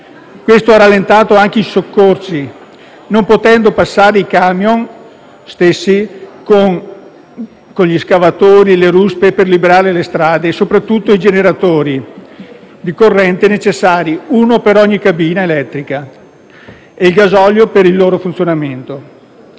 Questo ha rallentato anche i soccorsi, non potendo passare i camion stessi con gli scavatori e le ruspe per liberare le strade e, soprattutto, con i generatori di corrente necessari (uno per ogni cabina elettrica) e il gasolio per il loro funzionamento.